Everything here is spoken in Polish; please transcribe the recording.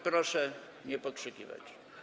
Proszę nie pokrzykiwać.